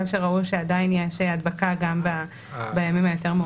שראו שעדיין יש הדבקה בימים היותר מאוחרים.